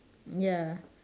ya